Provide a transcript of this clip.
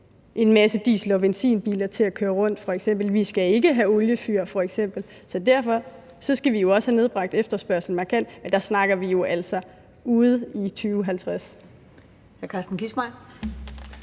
en masse diesel- og benzinbiler til at køre rundt og ikke skal have oliefyr, så derfor skal vi også have nedbragt efterspørgslen markant. Men der snakker vi jo altså om noget ude i 2050.